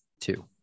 Two